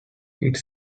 its